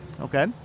okay